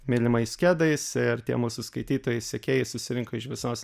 mylimais kedais ar tie mūsų skaitytojai sekėjai susirinko iš visos